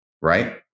right